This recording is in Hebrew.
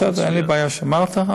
בסדר, אין לי בעיה שאמרת.